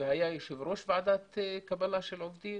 והיה יושב ראש ועדת קבלה של עובדים